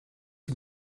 die